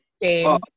game